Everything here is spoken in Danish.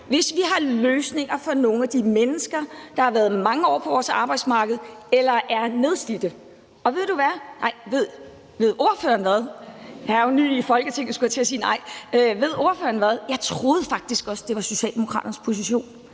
hvis vi har løsninger for nogle af de mennesker, der har været mange år på vores arbejdsmarked eller er nedslidte. Og ved du hvad – nej, ved ordføreren hvad? Jeg er jo ny i Folketinget, skulle jeg til at sige.